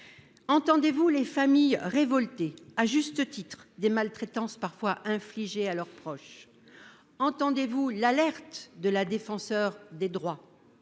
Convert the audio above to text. Entendez-vous les familles révoltés à juste titre des maltraitances parfois infligés à leurs proches. Entendez-vous l'alerte de la défenseure des droits.